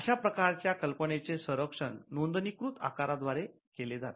अशा प्रकारच्या कल्पनेचे संरक्षण नोंदणीकृत आकारद्व्यारे केले जाते